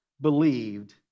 believed